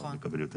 מקבל יותר,